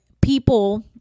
people